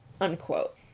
unquote